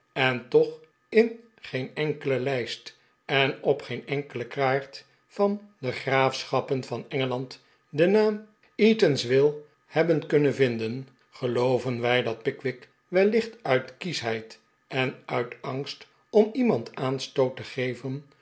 en toch in geen enkele lijst en op geen enkele kaart van de graafschappen van engeland den naam eatanswill hebben kunnen vinden gelooven wij dat pickwick wellicht uit kieschheid en uit angst om iemand aanstoot te geven